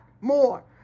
more